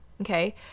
okay